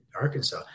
Arkansas